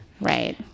Right